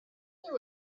there